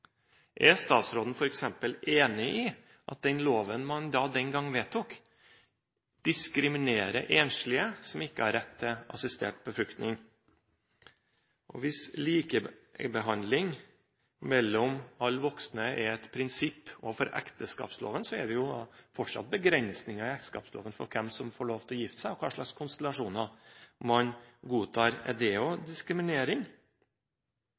man den gang vedtok, diskriminerer enslige, som ikke har rett til assistert befruktning? Likebehandling mellom alle voksne er et prinsipp – men det er jo fortsatt begrensninger i ekteskapsloven når det gjelder hvem som får lov til å gifte seg, og hva slags konstellasjoner man godtar.